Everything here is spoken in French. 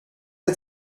est